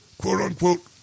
quote-unquote